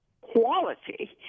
quality